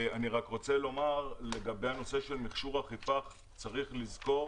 אני רק רוצה לומר לגבי הנושא של מכשור אכיפה שצריך לזכור